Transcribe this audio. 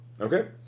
Okay